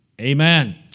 Amen